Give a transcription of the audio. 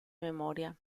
memoria